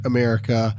America